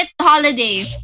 holiday